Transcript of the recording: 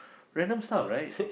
random stuff right